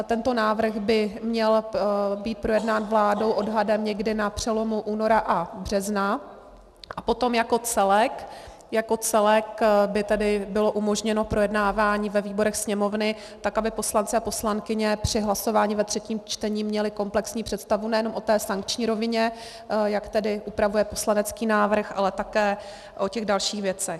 Tento návrh by měl být projednán vládou odhadem někdy na přelomu února a března a potom jako celek by tedy bylo umožněno projednávání ve výborech Sněmovny tak, aby poslanci a poslankyně při hlasování ve třetím čtení měli komplexní představu nejenom o té sankční rovině, jak tedy upravuje poslanecký návrh, ale také o dalších věcech.